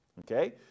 Okay